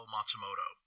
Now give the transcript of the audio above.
Matsumoto